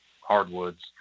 hardwoods